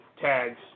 tags